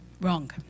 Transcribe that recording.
wrong